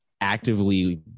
Actively